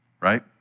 right